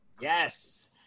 Yes